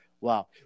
Wow